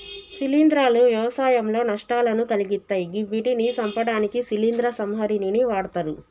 శిలీంద్రాలు వ్యవసాయంలో నష్టాలను కలిగిత్తయ్ గివ్విటిని సంపడానికి శిలీంద్ర సంహారిణిని వాడ్తరు